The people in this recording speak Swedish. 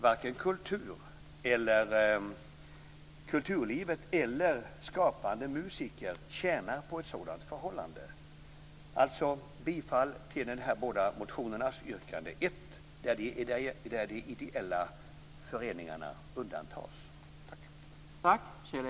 Varken kulturlivet eller skapande musiker tjänar på ett sådant förhållande.